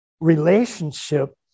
relationship